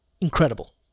incredible